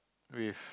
with